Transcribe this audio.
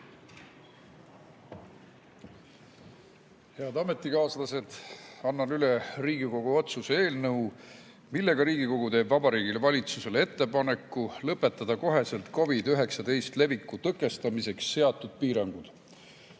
Head ametikaaslased! Annan üle Riigikogu otsuse eelnõu, mille kohaselt Riigikogu teeb Vabariigi Valitsusele ettepaneku lõpetada kohe COVID‑19 leviku tõkestamiseks seatud piirangud.